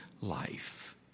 life